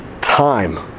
time